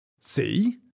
See